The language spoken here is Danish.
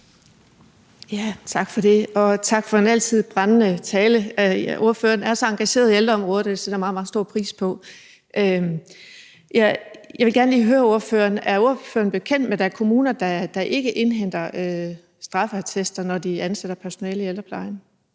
Tak for det, og tak for talen og det altid brændende engagement. Ordføreren er så engageret i ældreområdet, og det sætter jeg meget, meget stor pris på. Jeg vil gerne lige høre ordføreren, om ordføreren er bekendt med, at der er kommuner, der ikke indhenter straffeattester, når de ansætter personale i ældreplejen,